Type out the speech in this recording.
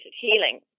healing